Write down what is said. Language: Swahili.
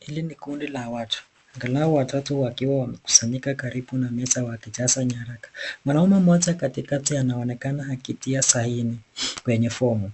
Hili ni kundi la watu angalau watatu wakiwa wamekusanyika karibu na meza wakijaza nyaraka. Mwanaume mmoja katikati anaonekana akitia sahini kwenye fomu